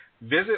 Visit